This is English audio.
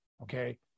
okay